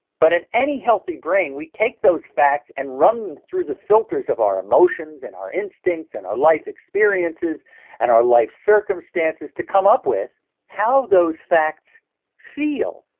but in any healthy brain we take those facts and run them through the filters of our emotions and our instincts and our life experiences and our life circumstances to come up with how those facts feel.